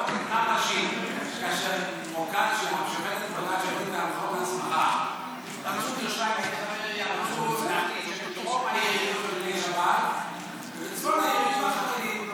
רצו להחליט שבדרום העיר יהיו מחללי שבת ובצפון העיר יהיו החרדים.